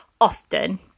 often